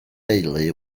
deulu